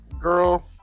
girl